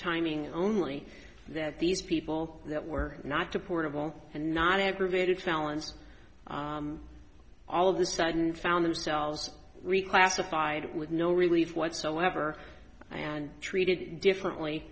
timing only that these people that were not to portable and not have provided fallon's all of the sudden found themselves reclassified with no relief whatsoever and treated differently